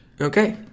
okay